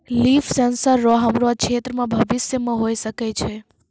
लिफ sensor रो हमरो क्षेत्र मे भविष्य मे होय सकै छै